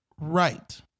right